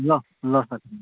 ल ल साथी